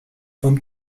von